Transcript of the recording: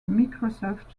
microsoft